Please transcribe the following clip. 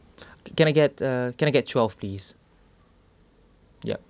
can I get uh can I get twelve please yup